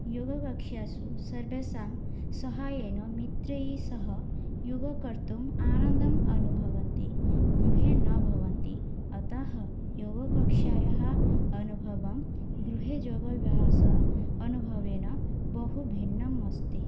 योगकक्षासु सर्वेषां साहाय्येन मित्रैः सह योगं कर्तुम् आनन्दम् अनुभवन्ति गृहे न भवन्ति अतः योगकक्षायाः अनुभवं गृहे योगभ्यासः अनुभवेन बहु भिन्नम् अस्ति